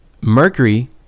Mercury